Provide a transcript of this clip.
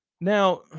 Now